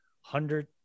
hundred